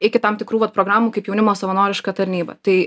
iki tam tikrų vat programų kaip jaunimo savanoriška tarnyba tai